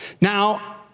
Now